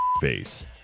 Face